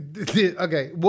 Okay